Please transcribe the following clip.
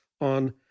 on